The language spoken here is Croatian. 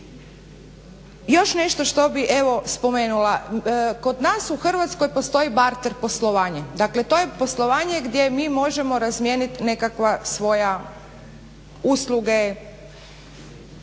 Još nešto što bih evo spomenula. Kod nas u Hrvatskoj postoji barter poslovanje, dakle to je poslovanje gdje mi možemo razmijeniti nekakva svoja usluge,